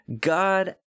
God